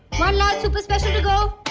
one large super special to go.